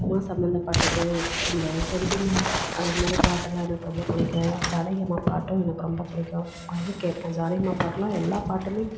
அம்மா சம்பந்தப்பட்டது இந்த செண்டிமெண்ட் அதை மாதிரி பாட்டுலாம் எனக்கு ரொம்ப பிடிக்கும் ஜானகி அம்மா பாட்டும் எனக்கு ரொம்ப பிடிக்கும் அதையும் கேட்பேன் ஜானகி அம்மா பாட்டுலாம் எல்லாம் பாட்டுமே